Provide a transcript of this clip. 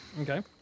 Okay